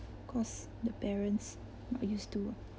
cause the parents are used to